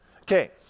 Okay